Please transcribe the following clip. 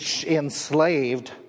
enslaved